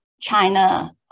China